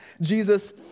Jesus